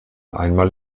einmal